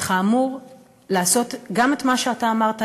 וכאמור לעשות גם את מה שאתה אמרת,